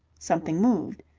something moved.